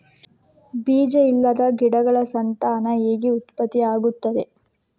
ಬೀಜ ಇಲ್ಲದ ಗಿಡಗಳ ಸಂತಾನ ಹೇಗೆ ಉತ್ಪತ್ತಿ ಆಗುತ್ತದೆ?